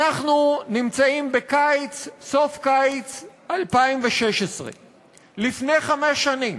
אנחנו נמצאים בקיץ, סוף קיץ 2016. לפני חמש שנים